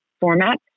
format